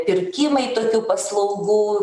pirkimai tokių paslaugų